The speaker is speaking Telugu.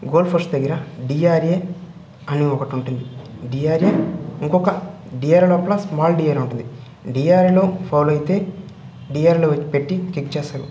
గోల్ ఫస్ట్ దగ్గర డిఆర్ఏ అని ఒకటుంటుంది డిఆర్ఏ ఇంకొక డిఆర్ఏ లోపల స్మాల్ డిఆర్ ఉంటుంది డిఆర్ఏలో ఫౌలయితే డిఆర్ఏలో పెట్టి కిక్ చేస్తారు